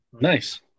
nice